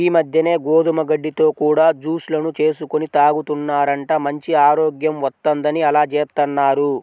ఈ మద్దెన గోధుమ గడ్డితో కూడా జూస్ లను చేసుకొని తాగుతున్నారంట, మంచి ఆరోగ్యం వత్తందని అలా జేత్తన్నారు